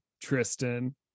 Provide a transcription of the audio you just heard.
tristan